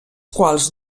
quals